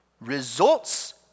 results